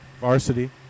Varsity